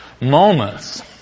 moments